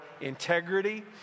integrity